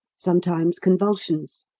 sometimes convulsions.